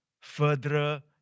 further